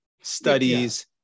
studies